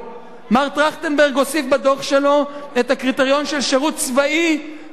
מר טרכטנברג הוסיף בדוח שלו את הקריטריון של שירות צבאי ואזרחי.